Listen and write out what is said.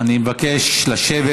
אני מבקש לשבת.